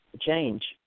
change